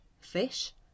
Fish